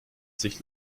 sich